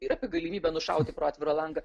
ir apie galimybę nušauti pro atvirą langą